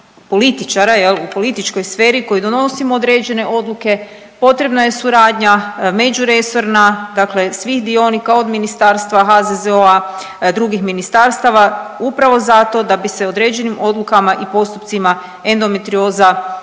političara, je li, u političkoj sferi koji donosimo određene odluke, potrebna je suradnja međuresorna, dakle svih dionika, od ministarstva, HZZO-a, drugih ministarstava, upravo zato da bi se određenim odlukama i postupcima endometrioza zaista